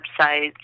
websites